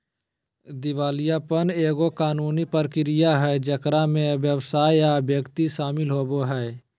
दिवालियापन एगो कानूनी प्रक्रिया हइ जेकरा में व्यवसाय या व्यक्ति शामिल होवो हइ